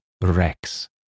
Rex